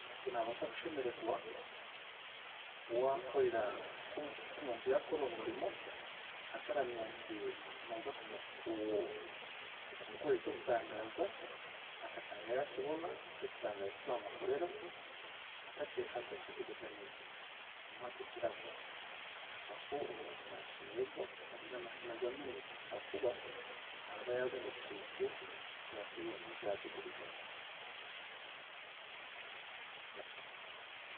Omuntu naabaasa kushemeregwa waakorera nko- nk'omuntu yaakukorera omurimo, ataramenya nti nooza kumu kumukorera ekyokutangaaza akashanga yaakibona ekyokutangaaza ki waamukorera atakye atakyetebeekaniisize, okamuha nk'ekirabo, aho omuntu naashemeregwa, agire amashemeregwa mingi haakuba araba yaabona ekintu ekiyaate ekiyaateetebeekaniisize.